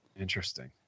Interesting